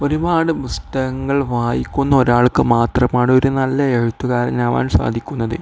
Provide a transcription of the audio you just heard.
ഒരുപാട് പുസ്തകങ്ങൾ വായിക്കുന്ന ഒരാൾക്ക് മാത്രമാണ് ഒരു നല്ല എഴുത്തുകാരനാവാൻ സാധിക്കുന്നത്